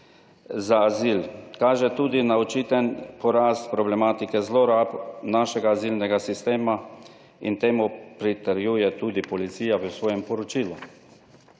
za azil. Kaže tudi na očiten porast problematike zlorab našega azilnega sistema in temu pritrjuje tudi policija v svojem poročilu.